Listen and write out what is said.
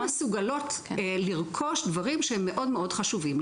לא מסוגלות לרכוש דברים שהם מאוד מאוד חשובים.